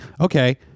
okay